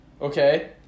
Okay